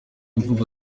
mvugo